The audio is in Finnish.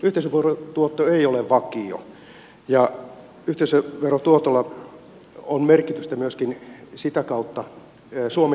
yhteisöverotuotto ei ole vakio ja yhteisöverotuotolla on merkitystä myöskin sitä kautta suomen kilpailuasemaan